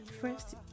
first